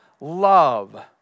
love